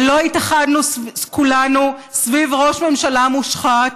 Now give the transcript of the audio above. לא התאחדנו כולנו סביב ראש ממשלה מושחת,